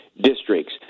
districts